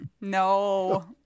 No